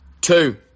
Two